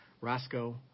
Roscoe